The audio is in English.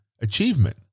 achievement